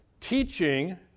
teaching